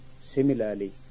Similarly